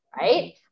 Right